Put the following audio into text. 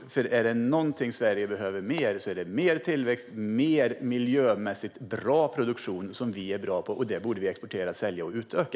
Om det är någonting som Sverige behöver är det mer tillväxt och mer miljömässigt bra produktion, som vi är duktiga på. Det borde vi exportera, sälja och utöka.